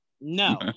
no